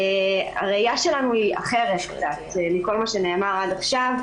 הראייה שלנו היא אחרת קצת מכל מה שנאמר עד עכשיו.